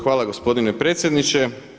Hvala gospodine predsjedniče.